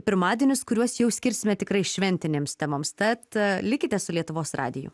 pirmadienius kuriuos jau skirsime tikrai šventinėms temoms tad likite su lietuvos radiju